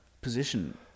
position